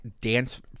dance